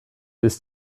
ist